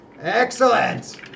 Excellent